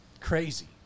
Crazy